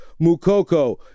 Mukoko